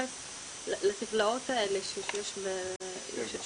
להתייחס לטבלאות האלה שיש אצלכם